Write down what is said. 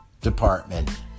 department